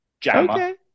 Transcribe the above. Jammer